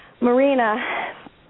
Marina